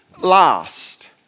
last